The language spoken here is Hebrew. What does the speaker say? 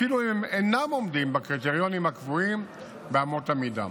אפילו אם הם אינם עומדים בקריטריונים הקבועים באמות המידה.